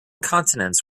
continents